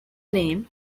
name